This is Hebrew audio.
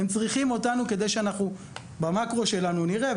הם צריכים אותנו כדי שבמאקרו שלנו אנחנו נראה,